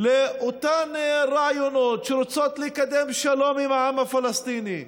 לאותם רעיונות שרוצים לקדם שלום עם העם הפלסטיני,